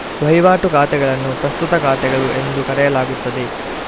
ವಹಿವಾಟು ಖಾತೆಗಳನ್ನು ಪ್ರಸ್ತುತ ಖಾತೆಗಳು ಎಂದು ಕರೆಯಲಾಗುತ್ತದೆ